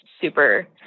super